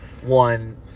one